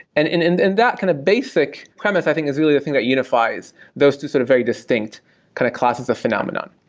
and and and and that kind of basic premise i think is really the thing that unifies those two sort of very distinct kind of classes of phenomenon.